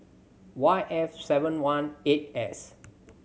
Y F seven one eight S